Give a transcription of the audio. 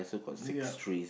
yup